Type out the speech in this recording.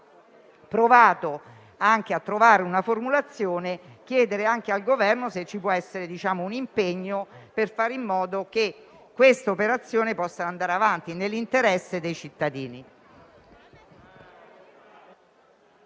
provato anche a trovare una formulazione, vorrei chiedere al suo rappresentante se ci può essere un impegno per fare in modo che questa operazione possa andare avanti nell'interesse dei cittadini.